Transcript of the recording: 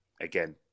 Again